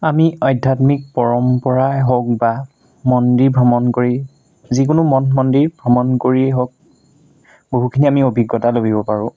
আমি আধ্যাত্মিক পৰম্পৰাই হওক বা মন্দিৰ ভ্ৰমণ কৰি যিকোনো মথ মন্দিৰ ভ্ৰমণ কৰিয়েই হওক বহুখিনি আমি অভিজ্ঞতা লভিব পাৰোঁ